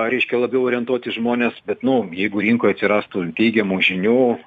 reiškia labiau orientuoti žmonės bet nu jeigu rinkoj atsirastų teigiamų žinių